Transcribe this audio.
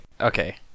Okay